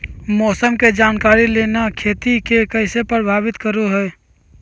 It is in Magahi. मौसम के जानकारी लेना खेती के कैसे प्रभावित करो है?